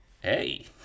hey